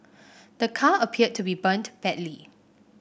the car appeared to be burnt badly